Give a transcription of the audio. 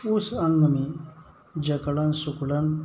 उस अंग में जकड़न सिकुड़न